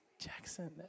Jackson